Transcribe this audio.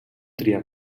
tria